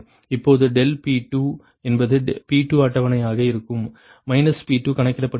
இப்போது ∆P2 என்பது P2 அட்டவணையாக இருக்கும் P2 கணக்கிடப்படுகிறது